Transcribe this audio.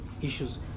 issues